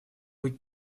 быть